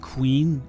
Queen